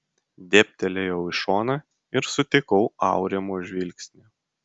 dėbtelėjau į šoną ir sutikau aurimo žvilgsnį